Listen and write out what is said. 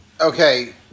Okay